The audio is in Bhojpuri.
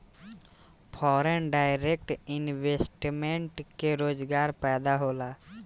फॉरेन डायरेक्ट इन्वेस्टमेंट से रोजगार पैदा होला